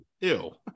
Ew